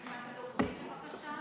אפשר את רשימת הדוברים, בבקשה?